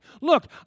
Look